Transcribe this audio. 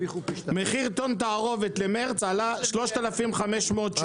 מחיר טון תערובת למרס עלה 3,500 שקל.